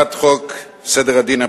הצעת חוק סדר הדין הפלילי,